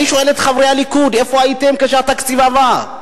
אני שואל את חברי הליכוד: איפה הייתם כשהתקציב עבר?